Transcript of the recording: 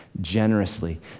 generously